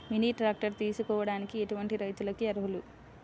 Mini tractor తీసుకోవడానికి ఎటువంటి రైతులకి అర్హులు?